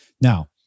Now